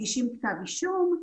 מגישים כתב אישום,